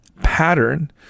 pattern